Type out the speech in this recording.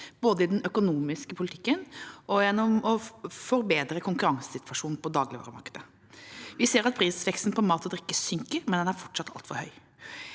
både i den økonomiske politikken og gjennom å forbedre konkurransesituasjonen i dagligvaremarkedet. Vi ser at prisveksten på mat og drikke synker, men den er fortsatt altfor høy.